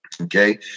Okay